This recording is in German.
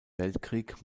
weltkrieg